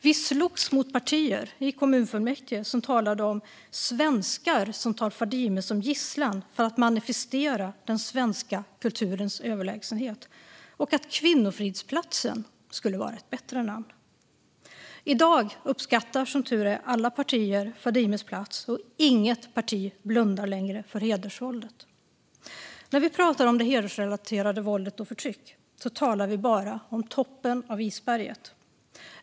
Vi slogs mot partier i kommunfullmäktige som talade om svenskar som tar Fadime som gisslan för att manifestera den svenska kulturens överlägsenhet och om att Kvinnofridsplatsen skulle vara ett bättre namn. I dag uppskattar som tur är alla partier Fadimes plats, och inget parti blundar längre för hedersvåldet. När vi pratar om hedersrelaterat våld och förtryck talar vi bara om toppen på isberget.